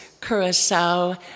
curacao